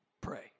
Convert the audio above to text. pray